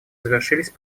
завершились